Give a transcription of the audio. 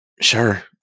Sure